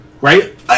Right